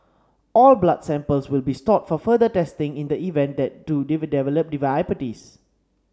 all blood samples will be stored for further testing in the event that do it develop diabetes